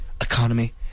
economy